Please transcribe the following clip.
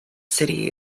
city